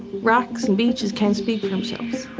rocks and beaches can't speak for themselves.